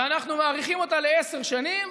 ואנחנו מאריכים אותה לעשר שנים,